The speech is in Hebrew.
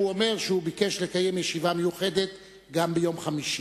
והוא אומר שהוא ביקש לקיים ישיבה מיוחדת גם ביום חמישי.